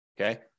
Okay